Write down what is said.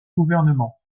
gouvernement